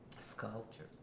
sculpture